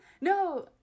no